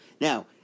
Now